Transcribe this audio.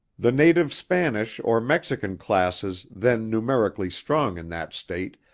the native spanish or mexican classes then numerically strong in that state,